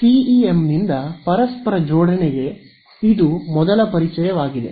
ಸಿಇಎಂನಿಂದ ಪರಸ್ಪರ ಜೋಡಣೆಗೆ ಇದು ಮೊದಲ ಪರಿಚಯವಾಗಿದೆ